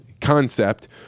concept